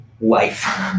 life